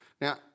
Now